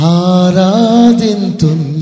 Haradintun